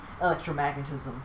electromagnetism